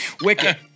Wicked